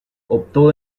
optó